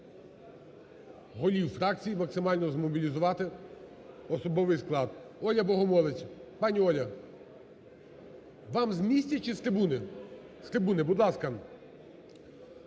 голів фракцій максимально змобілізувати особовий склад. Оля Богомолець. Пані Оля, вам з місця чи з трибуни? З трибуни. Будь ласка.